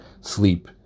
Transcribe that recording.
sleep